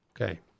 Okay